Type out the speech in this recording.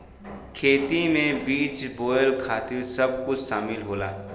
खेती में बीज बोवल काटल सब कुछ सामिल होला